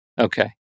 Okay